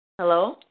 Hello